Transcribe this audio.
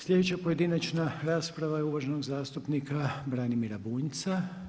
Sljedeća pojedinačna rasprava je uvaženog zastupnika Branimira Bunjca.